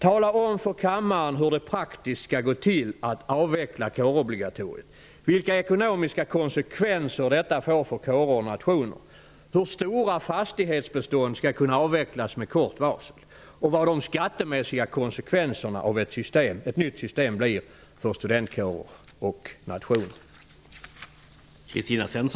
Tala om för kammaren hur det praktiskt skall gå till att avveckla kårobligatoriet, vilka ekonomiska konsekvenser detta får för kårer och nationer, hur stora fastighetsbestånd skall kunna avvecklas med kort varsel och vad de skattemässiga konsekvenserna av ett nytt system blir för studentkårer och nationer!